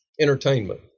entertainment